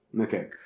Okay